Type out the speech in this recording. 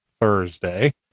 Thursday